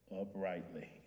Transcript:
uprightly